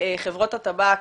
חברות הטבק